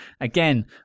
again